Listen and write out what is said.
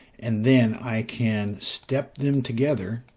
and then i can step them together,